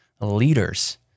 leaders